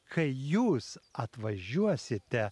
kai jūs atvažiuosite